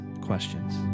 questions